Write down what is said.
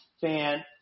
fan